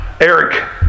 Eric